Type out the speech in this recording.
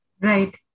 Right